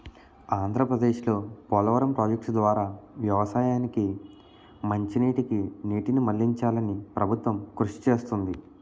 ఆంధ్రప్రదేశ్లో పోలవరం ప్రాజెక్టు ద్వారా వ్యవసాయానికి మంచినీటికి నీటిని మళ్ళించాలని ప్రభుత్వం కృషి చేస్తుంది